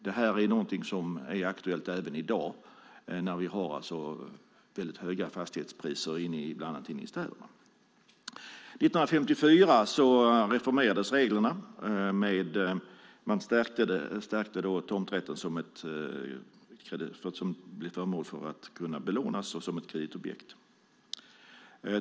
Det här är någonting som är aktuellt även i dag, när vi har väldigt höga fastighetspriser bland annat inne i städerna. År 1954 reformerades reglerna. Man stärkte då tomträtten, som nu kunde bli föremål för belåning såsom kreditobjekt.